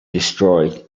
destroyed